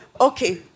okay